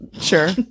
Sure